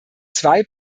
zwei